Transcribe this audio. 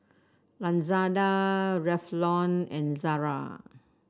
Lazada Revlon and Zara